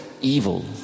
evil